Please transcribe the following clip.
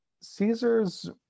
Caesar's